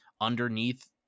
underneath